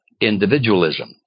Individualism